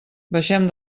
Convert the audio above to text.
baixem